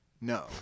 No